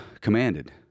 commanded